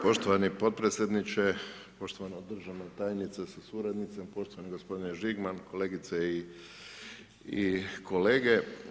Poštovani potpredsjedniče, poštovana državna tajnice sa suradnicom, poštovana g. Žigman, kolegice i kolege.